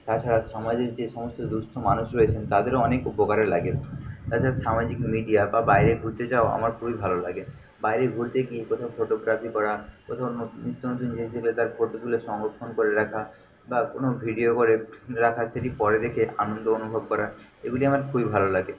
তাছাড়া সমাজের যে সমস্ত দুঃস্থ মানুষ রয়েছেন তাদেরও অনেক উপকারে লাগে তাছাড়া সামাজিক মিডিয়া বা বাইরে ঘুরতে যাওয়া আমার খুবই ভালো লাগে বাইরে ঘুরতে গিয়ে কোথাও ফোটোগ্রাফি করা কোথাও নোহ নিত্যনতুন জিনিস দেখে তার ফোটো তুলে সংরক্ষণ করে রাখা বা কোনোও ভিডিও করে রাখা সেটি পরে দেখে আনন্দ অনুভব করা এগুলি আমার খুবই ভালো লাগে